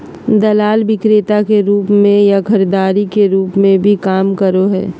दलाल विक्रेता के रूप में या खरीदार के रूप में भी काम करो हइ